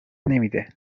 نمیده